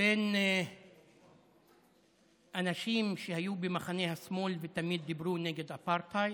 בין אנשים שהיו במחנה השמאל ותמיד דיברו נגד אפרטהייד,